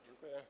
Dziękuję.